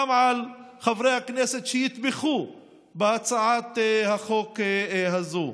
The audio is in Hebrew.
לחברי הכנסת שיתמכו בהצעת החוק הזו?